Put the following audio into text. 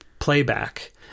Playback